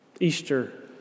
Easter